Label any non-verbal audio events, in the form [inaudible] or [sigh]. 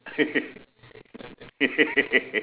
[laughs]